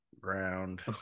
ground